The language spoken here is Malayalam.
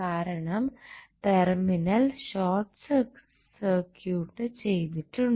കാരണം ടെർമിനൽ ഷോർട് സർക്യൂട്ട് ചെയ്തിട്ടുണ്ട്